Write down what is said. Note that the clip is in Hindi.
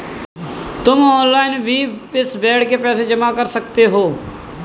तुम ऑनलाइन भी इस बेड के पैसे जमा कर सकते हो